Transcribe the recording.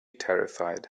terrified